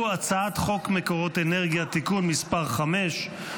הצעת חוק מקורות אנרגיה (תיקון מס' 5),